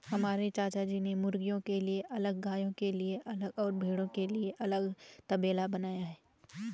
हमारे चाचाजी ने मुर्गियों के लिए अलग गायों के लिए अलग और भेड़ों के लिए अलग तबेला बनाया है